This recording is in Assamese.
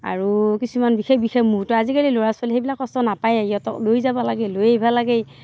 আৰু কিছুমান বিশেষ বিশেষ মুহুৰ্ত আজিকালি ল'ৰা ছোৱালী সেইবিলাক কষ্ট নাপায়েই ইহঁতক লৈ যাব লাগে লৈ আহিবা লাগে